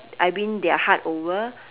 I win their heart over